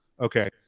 okay